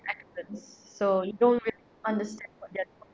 accent so you don't understand what they're talking